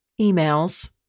emails